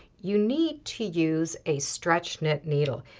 you need to use a stretch knit needle.